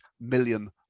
million